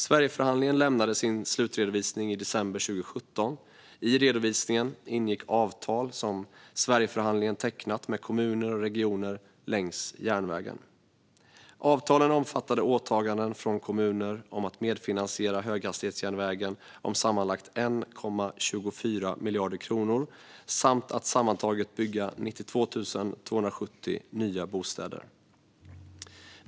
Sverigeförhandlingen lämnade sin slutredovisning i december 2017. I redovisningen ingick avtal som Sverigeförhandlingen tecknat med kommuner och regioner längs järnvägen. Avtalen omfattade åtaganden från kommuner om att medfinansiera höghastighetsjärnvägen om sammanlagt 1,24 miljarder kronor samt att sammantaget bygga 92 270 nya bostäder.